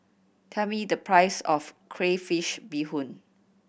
tell me the price of crayfish beehoon